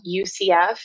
UCF